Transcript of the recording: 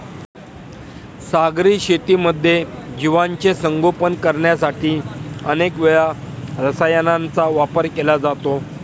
सागरी शेतीमध्ये जीवांचे संगोपन करण्यासाठी अनेक वेळा रसायनांचा वापर केला जातो